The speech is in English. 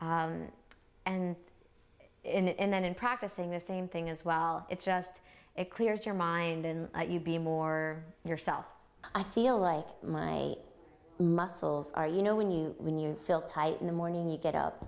and in then in practicing the same thing as well it just it clears your mind and you'd be more yourself i feel like my muscles are you know when you when you feel tight in the morning you get up